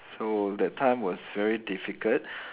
so that time was very difficult